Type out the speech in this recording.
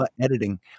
editing